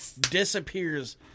disappears